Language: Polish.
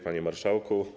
Panie Marszałku!